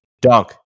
Dunk